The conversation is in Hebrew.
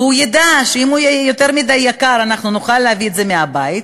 והוא ידע שאם זה יהיה יותר מדי יקר אנחנו נוכל להביא את זה מהבית,